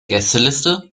gästeliste